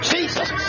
Jesus